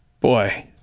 boy